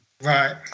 right